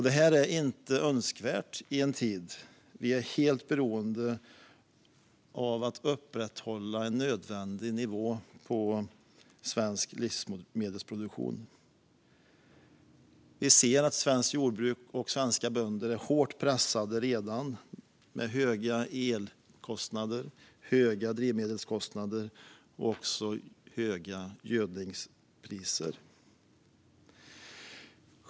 Det är inte önskvärt i en tid då vi är helt beroende av att upprätthålla en nödvändig nivå på svensk livsmedelsproduktion. Vi ser att svenskt jordbruk och svenska bönder redan är hårt pressade av höga elkostnader, höga drivmedelskostnader och höga gödningspriser.